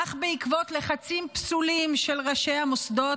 אך בעקבות לחצים פסולים של ראשי המוסדות,